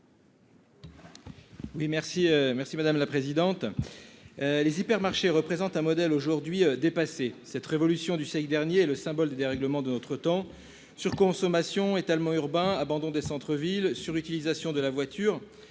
M. Guillaume Gontard. Les hypermarchés représentent un modèle aujourd'hui dépassé. Cette révolution du siècle dernier est le symbole des dérèglements de notre temps : surconsommation, étalement urbain, abandon des centres-villes, surutilisation de la voiture,